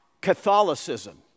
Catholicism